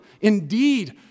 indeed